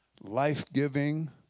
life-giving